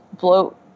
bloat